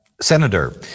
Senator